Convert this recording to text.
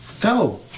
Go